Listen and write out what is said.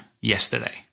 yesterday